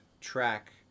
track